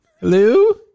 Hello